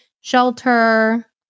Shelter